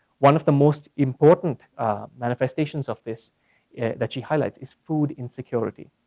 one of the most important manifestations of this that she highlights is food insecurity.